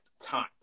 time